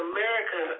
America